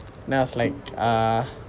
then I was like err